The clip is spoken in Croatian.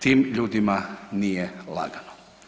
Tim ljudima nije lagano.